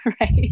right